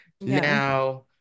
Now